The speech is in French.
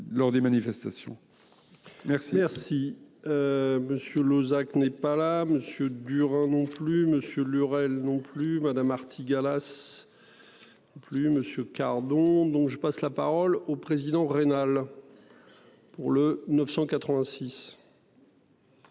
Merci. Monsieur Lozach n'est pas là Monsieur dur hein non plus. Monsieur Lurel non plus Madame Artigalas s'. En plus monsieur Cardon, donc je passe la parole au président rénale.